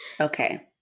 Okay